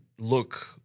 look